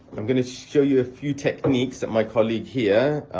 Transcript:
i'm going to show you a few techniques that my colleague here,